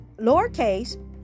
lowercase